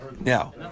Now